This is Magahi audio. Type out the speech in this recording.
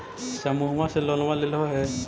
समुहवा से लोनवा लेलहो हे?